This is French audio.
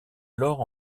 alors